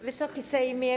Wysoki Sejmie!